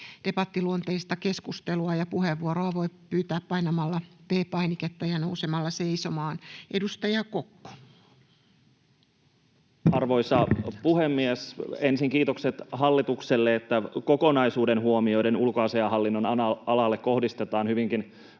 debattiluonteista keskustelua. Puheenvuoroa voi pyytää painamalla V-painiketta ja nousemalla seisomaan. — Edustaja Kokko. Arvoisa puhemies! Ensin kiitokset hallitukselle, että kokonaisuus huomioiden ulkoasiainhallinnon alalle kohdistetaan hyvinkin